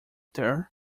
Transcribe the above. there